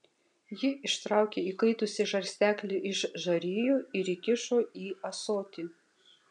ji ištraukė įkaitusį žarsteklį iš žarijų ir įkišo į ąsotį